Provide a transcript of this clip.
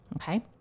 Okay